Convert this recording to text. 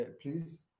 please